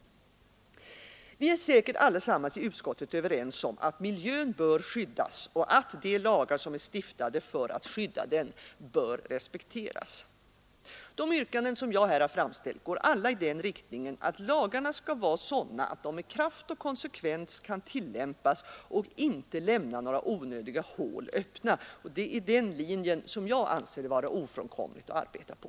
Vi är säkert alla i utskottet överens om att miljön bör skyddas och att de lagar som är stiftade för att skydda den bör respekteras. De yrkanden jag här har framställt går alla i den riktningen, att lagarna skall vara sådana att de med kraft och konsekvens kan tillämpas och inte lämnar några onödiga hål öppna. Det är den linje som jag anser det vara ofrånkomligt att arbeta på.